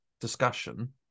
discussion